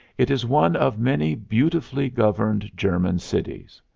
it is one of many beautifully governed german cities.